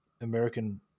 American